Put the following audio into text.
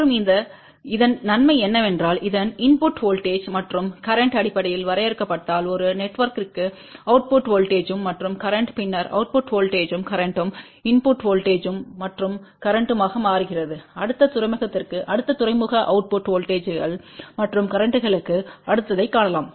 மற்றும் இந்த இதன் நன்மை என்னவென்றால் இந்த இன்புட் வோல்ட்டேஜ்ம் மற்றும் கரேன்ட் அடிப்படையில் வரையறுக்கப்பட்டால் ஒரு நெட்ஒர்க்த்திற்கு அவுட்புட் வோல்ட்டேஜ்ம் மற்றும் கரேன்ட் பின்னர் அவுட்புட் வோல்ட்டேஜ் கரேன்ட்ம் இன்புட் வோல்ட்டேஜ்ம் மற்றும் கரேன்ட்மாக மாறுகிறது அடுத்த துறைமுகத்திற்கு அடுத்த துறைமுக அவுட்புட் வோல்ட்டேஜ்ங்கள் மற்றும் கரேன்ட்ஸ்ங்களுக்கு அடுத்ததைக் காணலாம்